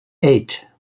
eight